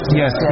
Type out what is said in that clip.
yes